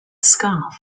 scarf